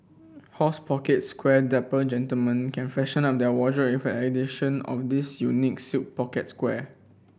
horse pocket square Dapper gentlemen can freshen up their wardrobe addition of this unique silk pocket square